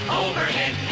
overhead